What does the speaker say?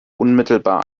unmittelbar